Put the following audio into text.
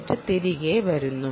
എന്നിട്ട് തിരികെ വരുന്നു